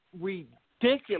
Ridiculous